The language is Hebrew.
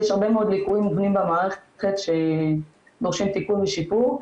יש הרבה מאוד ליקויים מובנים במערכת שדורשים תיקון ושיפור,